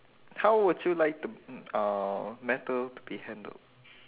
how would you like to mm uh matter to be handled